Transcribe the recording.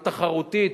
התחרותית,